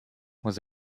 was